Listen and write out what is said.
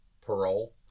parole